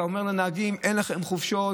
אתה אומר לנהגים: אין לכם חופשות.